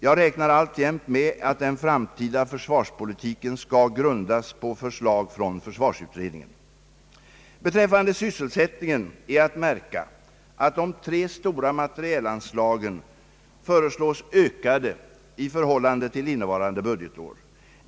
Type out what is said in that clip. Jag räknar alltjämt med att den framtida försvarspolitiken skall kunna grundas på förslag från försvarsutredningen. Beträffande sysselsättningen är att märka att de tre stora materielanslagen föreslås ökade i förhållande till innevarande budgetår.